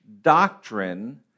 doctrine